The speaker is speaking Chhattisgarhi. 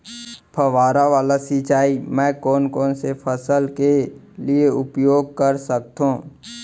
फवारा वाला सिंचाई मैं कोन कोन से फसल के लिए उपयोग कर सकथो?